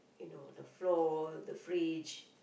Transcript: you know the floor the fridge